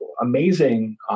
amazing